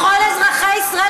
לכל אזרחי ישראל,